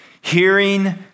Hearing